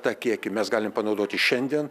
tą kiekį mes galim panaudoti šiandien